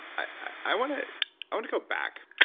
i want to ah and go back.